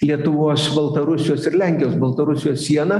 lietuvos baltarusijos ir lenkijos baltarusijos siena